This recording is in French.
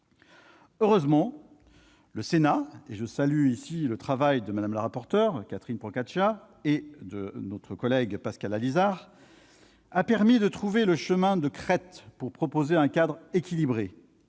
Heureusement, le Sénat- je salue le travail de Mme la rapporteur, Catherine Procaccia, et de mon collègue Pascal Allizard -a permis de trouver le chemin de crête pour proposer un cadre équilibré,